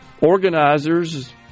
organizers